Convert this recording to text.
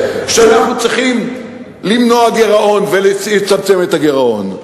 שאנחנו צריכים למנוע גירעון או לצמצם את הגירעון.